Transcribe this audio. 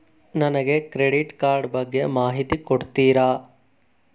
ನನಗೆ credit card ಬಗ್ಗೆ ಮಾಹಿತಿ ಕೊಡುತ್ತೀರಾ?